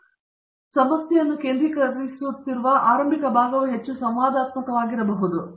ಆದ್ದರಿಂದ ನೀವು ಇನ್ನೂ ಸಮಸ್ಯೆಯನ್ನು ಕೇಂದ್ರೀಕರಿಸುತ್ತಿರುವ ಆರಂಭಿಕ ಭಾಗವು ಹೆಚ್ಚು ಸಂವಾದಾತ್ಮಕವಾಗಿರಬಹುದು